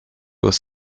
was